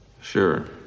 Sure